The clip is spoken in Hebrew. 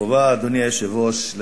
אדוני היושב-ראש,